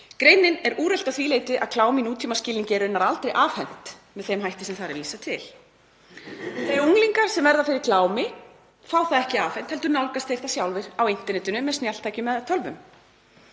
Greinin er úrelt að því leyti að klám í nútímaskilningi er raunar aldrei afhent með þeim hætti sem þar er vísað til. Unglingar sem verða fyrir klámi fá það ekki afhent heldur nálgast þeir það sjálfir á internetinu með snjalltækjum eða